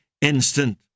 instant